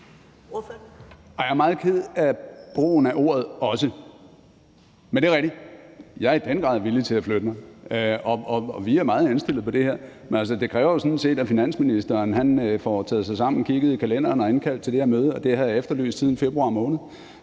Jeg er meget ked af brugen af ordet også. Men det er rigtigt, at jeg i den grad er villig til at flytte mig, og vi er jo meget indstillede på det her. Men det kræver jo sådan set, at finansministeren får taget sig sammen, kigger i kalenderen og indkalder til det her møde. Det har jeg efterlyst siden februar måned.